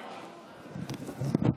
הסדרנים,